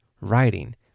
writing